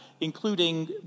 including